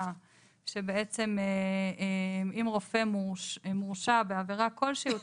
שבעצם אם רופא מורשע בעבירה כלשהי,